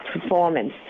performance